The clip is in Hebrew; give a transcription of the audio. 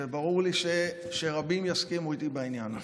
וברור לי שרבים יסכימו איתי בעניין הזה.